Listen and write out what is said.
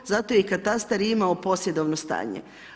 Zato je i katastar imao posjedovno stanje.